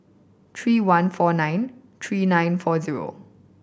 three one four nine three nine four zero